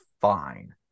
fine